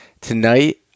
tonight